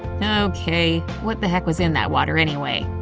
okay, what the heck was in that water anyway?